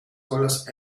colas